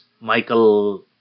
Michael